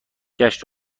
گشت